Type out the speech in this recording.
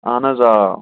اہن حظ آ